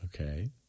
Okay